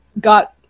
got